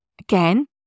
Again